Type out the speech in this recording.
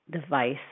device